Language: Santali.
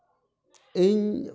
ᱤᱧ